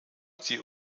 sie